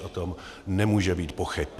O tom nemůže být pochyb.